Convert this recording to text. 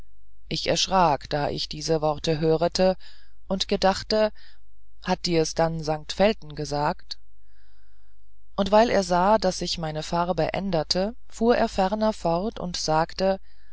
ich erschrak da ich diese worte hörete und gedachte hat dirs dann st velten gesagt und weil er sahe daß sich meine farbe änderte fuhr er ferner fort und sagte